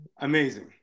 Amazing